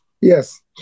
yes